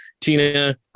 Tina